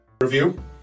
Review